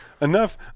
enough